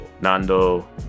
Nando